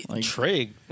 Trig